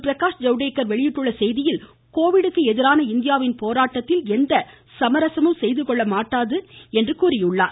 பிரகாஷ் ஜவ்டேகர் வெளியிட்டுள்ள செய்தியில் கோவிட்டுக்கு எதிரான இந்தியாவின் போராட்டத்தில் எந்த சமரசமும் செய்துகொள்ளப்பட மாட்டாது என்றார்